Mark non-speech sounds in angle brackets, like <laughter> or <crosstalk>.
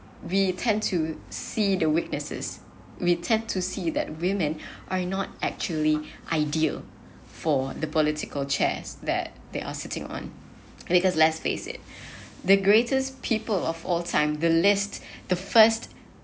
we tend to see the weaknesses we tend to see that women <breath> are not actually ideal for the political chairs that they are sitting on because let's face it <breath> the greatest people of all time the less the first